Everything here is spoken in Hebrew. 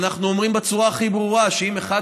ואנחנו אומרים בצורה הכי ברורה שאם אחד